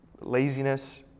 laziness